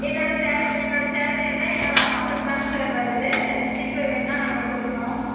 என்னோட என்னோட சேல்ரி எல்லாம் என்னோட அக்கௌண்ட்டுக்கு தான்ங்க சார் வருது ஸ்லிப்பு வேணும்னா நாங்கள் கொடுக்குறோம்